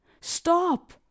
Stop